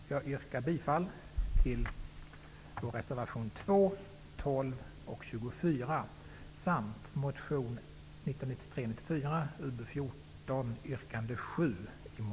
Jag yrkar bifall till reservationerna 2,